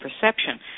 perception